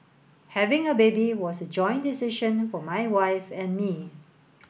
having a baby was a joint decision for my wife and me